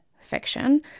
fiction